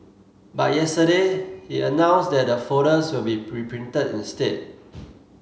but yesterday it announced that the folders will be reprinted instead